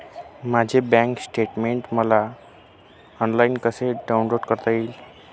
माझे bank statement मला online कसे डाउनलोड करता येईल?